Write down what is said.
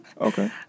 Okay